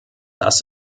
das